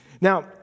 Now